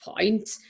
point